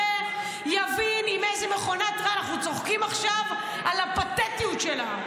יבין עם איזו מכונת רעל אנחנו צוחקים עכשיו על הפתטיות שלה,